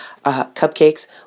cupcakes